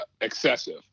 excessive